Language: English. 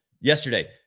yesterday